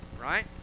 Right